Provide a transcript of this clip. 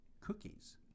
cookies